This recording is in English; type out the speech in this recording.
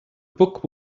book